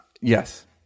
Yes